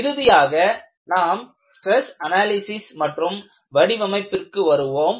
இறுதியாக நாம் stress analysis மற்றும் வடிவமைப்பிற்கு வருவோம்